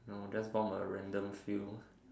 no that's not a random few